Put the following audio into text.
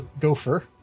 Gopher